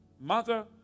Mother